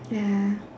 ya